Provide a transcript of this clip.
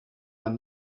man